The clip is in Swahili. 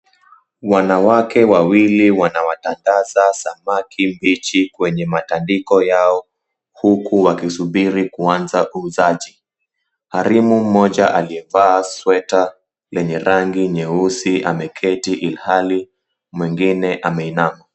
Wanawake wawili wanawatandaza samaki mbichi kwenye matandiko yao huku wakisubiri kuanza uuzaji. Harimu mmoja aliyevaa sweta lenye rangi nyeusi ameketi ilhali mwengine ameinama.